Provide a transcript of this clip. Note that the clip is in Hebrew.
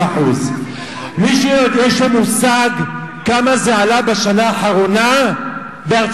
11%. למישהו יש מושג כמה זה עלה בשנה האחרונה בארצות-הברית?